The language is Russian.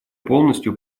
полностью